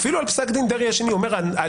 ואפילו על פסק דין דרעי השני הוא אומר שהליך